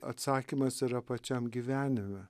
atsakymas yra pačiam gyvenime